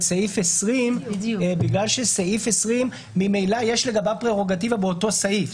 סעיף 20 כי ממילא יש לגביו פררוגטיבה באותו סעיף.